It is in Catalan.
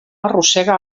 arrossega